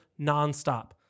nonstop